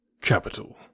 Capital